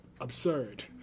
absurd